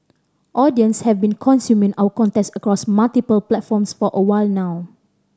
audience have been consuming our content across multiple platforms for a while now